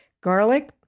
Garlic